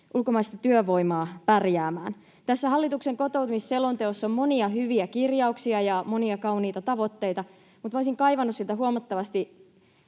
ulkomaista työvoimaa pärjäämään. Tässä hallituksen kotoutumisselonteossa on monia hyviä kirjauksia ja monia kauniita tavoitteita, mutta minä olisin kaivannut siltä huomattavasti